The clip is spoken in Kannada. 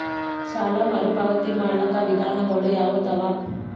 ಸಾಲ ಮರುಪಾವತಿ ಮಾಡ್ಲಿಕ್ಕ ವಿಧಾನಗಳು ಯಾವದವಾ?